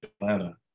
Atlanta